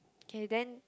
k then